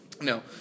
no